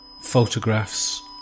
photographs